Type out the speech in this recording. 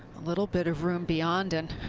a little bit of room beyond. and